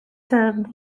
serve